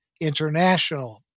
International